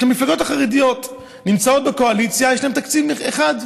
כשהמפלגות החרדיות נמצאות בקואליציה יש להן תקציב אחד,